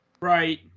Right